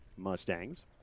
Mustangs